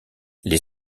les